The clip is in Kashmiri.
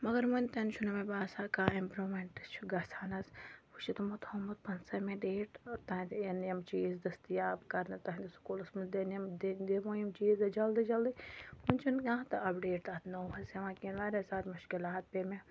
مگر وٕنۍ تِنہٕ چھُنہٕ مےٚ باسان کانٛہہ اِمپرٛوٗمٮ۪نٛٹ چھُ گژھان حظ وۄنۍ چھِ تِمو تھوٚمُت پٕنٛژٕہٕمہِ ڈیٹ تٕہٕنٛدِ یِن یِم چیٖز دٔستِیاب کَرنہٕ تٕہٕنٛدِس سکوٗلَس منٛز دِن یِم دِمو یِم چیٖز أسۍ جلدی جلدی وٕنہِ چھِنہٕ کانٛہہ تہٕ اَپڈیٹ اَتھ نوٚو حظ یِوان کِہیٖنۍ واریاہ زیادٕ مُشکِلات پے مےٚ